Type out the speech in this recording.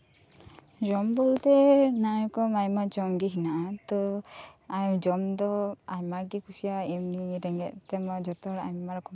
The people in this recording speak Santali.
ᱡᱚᱢ ᱵᱚᱞᱛᱮ ᱟᱭᱢᱟ ᱡᱚᱢ ᱜᱮ ᱦᱮᱱᱟᱜᱼᱟ ᱛᱚ ᱡᱚᱢ ᱫᱚ ᱟᱭᱢᱟ ᱜᱮ ᱠᱩᱥᱤᱭᱟᱜ ᱮᱢᱱᱤ ᱨᱮᱸᱜᱮᱡ ᱛᱮᱢᱟ ᱡᱚᱛᱚ ᱦᱚᱲ ᱟᱭᱢᱟ ᱨᱚᱠᱚᱢ ᱠᱚ ᱡᱚᱢ